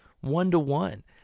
one-to-one